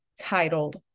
titled